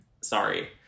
Sorry